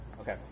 Okay